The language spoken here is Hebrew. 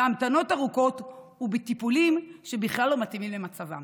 בהמתנות ארוכות ובטיפולים שבכלל לא מתאימים למצבם.